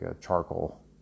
charcoal